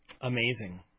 amazing